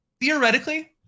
Theoretically